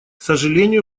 сожалению